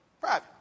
Private